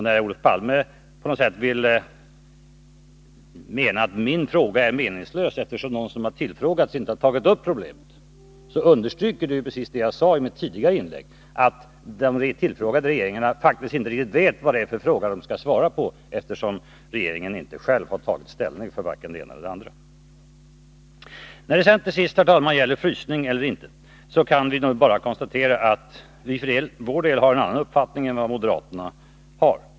När Olof Palme menar att min fråga är meningslös, eftersom de som har tillfrågats inte har tagit upp problemet, understryker det precis vad jag sade i mitt tidigare inlägg, nämligen att de tillfrågade regeringarna faktiskt inte riktigt vet vad det är för fråga som de skall svara på, eftersom regeringen inte själv har tagit ställning för vare sig det ena eller det andra. När det sedan till sist, herr talman, gäller frysning eller inte kan vi nu bara konstatera att vi för vår del har en annan uppfattning än vad moderaterna har.